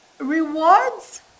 rewards